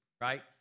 right